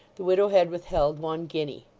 the widow had withheld one guinea.